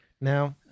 now